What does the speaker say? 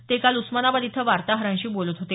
ते काल उस्मानाबाद इथं वार्ताहरांशी बोलत होते